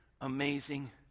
amazing